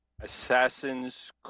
assassin's